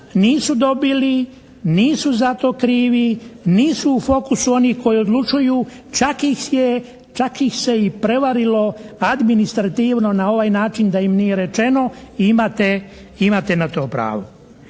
nisu dobili, nisu za to krivi, nisu u fokusu onih koji odlučuju. Čak ih se i prevarilo administrativno na ovaj način da im nije rečeno, imate na to pravo.